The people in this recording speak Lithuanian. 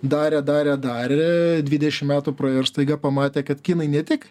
darė darė darė dvidešim metų praėjo ir staiga pamatė kad kinai ne tik